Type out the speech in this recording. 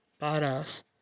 badass